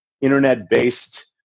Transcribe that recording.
internet-based